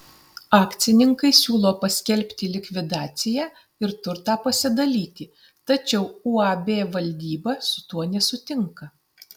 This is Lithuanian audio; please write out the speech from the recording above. akcininkai siūlo paskelbti likvidaciją ir turtą pasidalyti tačiau uab valdyba su tuo nesutinka